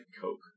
coke